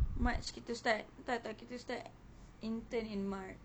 march kita start tak tak kita start intern in march